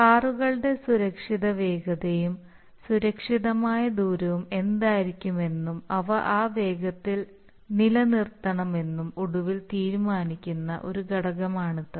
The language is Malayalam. കാറുകളുടെ സുരക്ഷിത വേഗതയും സുരക്ഷിതമായ ദൂരവും എന്തായിരിക്കാമെന്നും അവ ആ വേഗതയിൽ നിലനിർത്തണമെന്നും ഒടുവിൽ തീരുമാനിക്കുന്ന ഒരു ഘടകമാണിത്